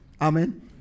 Amen